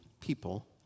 people